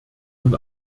nun